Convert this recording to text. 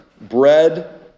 bread